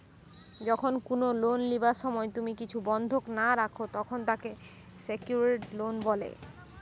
যখন কুনো লোন লিবার সময় তুমি কিছু বন্ধক না রাখো, তখন তাকে সেক্যুরড লোন বলে